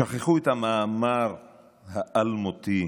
שכחו את המאמר האלמותי,